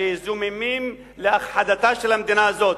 שזוממים להכחדתה של המדינה הזאת.